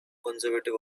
conservative